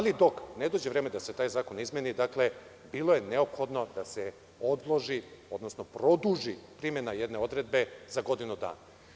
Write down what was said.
Dok ne dođe vreme da se taj zakon izmeni, bilo je neophodno da se odloži, odnosno produži time na jedne odredbe za godinu dana.